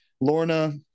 Lorna